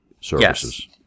services